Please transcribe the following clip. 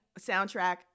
soundtrack